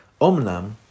Omnam